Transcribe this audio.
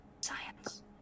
Science